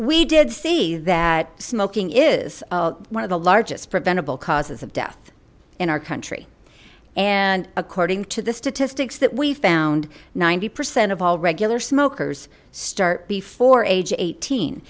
we did see that smoking is one of the largest preventable causes of death in our country and according to the statistics that we found ninety percent of all regular smokers start before age eighteen